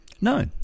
no